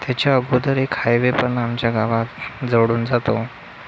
त्याच्या अगोदर एक हायवे पण आमच्या गावात जवळून जातो